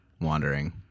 wandering